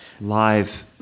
live